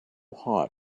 hot